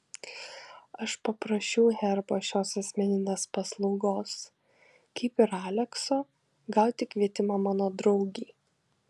aš paprašiau herbo šios asmeninės paslaugos kaip ir alekso gauti kvietimą mano draugei